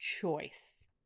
choice